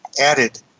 added